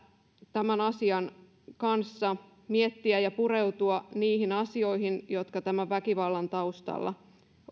tämän asian kanssa miettiä ja pureutua niihin asioihin jotka tämän väkivallan taustalla